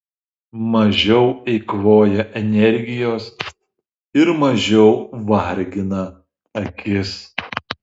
mažiau eikvoja energijos ir mažiau vargina akis